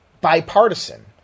bipartisan